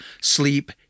sleep